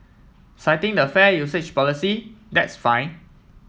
citing the fair usage policy that's fine